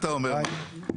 מה אתה אומר מה לא.